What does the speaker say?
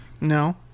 No